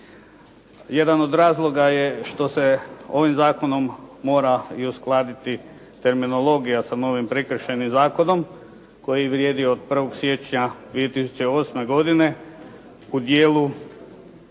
Jedan od razloga je što se ovim zakonom mora i uskladiti terminologija sa novim Prekršajnim zakonom koji vrijedi od 1. siječnja 2008. godine u dijelu,